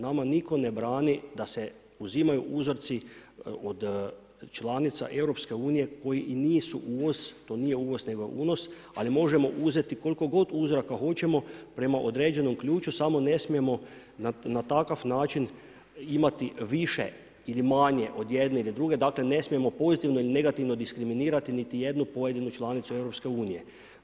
Nama nitko ne brani da se uzimaju uzorci od članica EU-a koji i nisu uvoz, to je nije uvoz nego unos, ali možemo uzeti koliko god uzoraka hoćemo prema određenom ključu samo ne smijemo na takav način imati više ili manje ili jedne druge, dakle ne smijemo pozitivno ili negativno diskriminirati niti jednu pojedinu članicu EU-a.